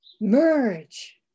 merge